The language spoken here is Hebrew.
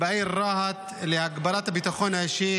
בעיר רהט להגברת הביטחון האישי